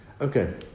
Okay